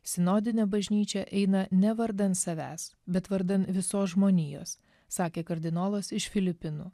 sinodinė bažnyčia eina ne vardan savęs bet vardan visos žmonijos sakė kardinolas iš filipinų